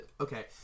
okay